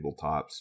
tabletops